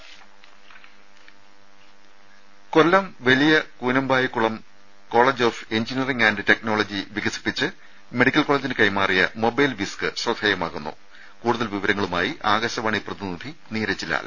രുമ Kollam Valiyakoonambaikulam college of engineering and technology വികസിപ്പിച്ച് medical കോളേജിന് കൈമാറിയ മൊബൈൽ വിസ്ക് ശ്രദ്ധേയമാകുന്നു കൂടുതൽ വിവരങ്ങളുമായി ആകാശവാണി പ്രതിനിധി നീരജ് ലാൽ